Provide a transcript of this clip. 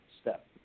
step